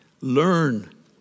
Learn